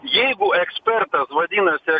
jeigu ekspertas vadinasi